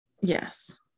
Yes